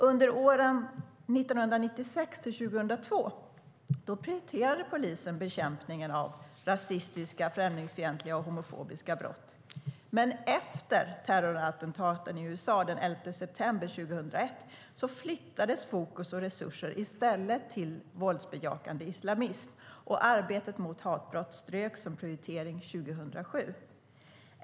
Under åren 1996-2002 prioriterade polisen bekämpningen av rasistiska, främlingsfientliga och homofobiska brott, men efter terrorattentaten i USA den 11 september 2001 flyttades fokus och resurser i stället till våldsbejakande islamism. Arbetet mot hatbrott ströks som prioritering 2007.